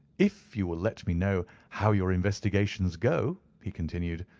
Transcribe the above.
if you will let me know how your investigations go, he continued,